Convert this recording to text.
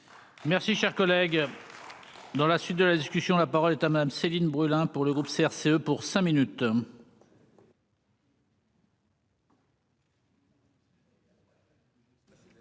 Merci, cher collègue, dans la suite de la discussion, la parole est à madame Céline Brulin pour le groupe CRCE pour cinq minutes.